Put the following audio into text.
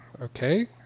Okay